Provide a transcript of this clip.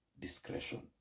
discretion